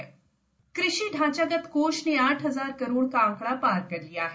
कुषि ढांचा कृषि ढांचागत कोष ने आठ हजार करोड़ का आंकड़ा पार कर लिया है